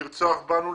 לרצוח בנו,